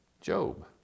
Job